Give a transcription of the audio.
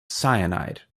cyanide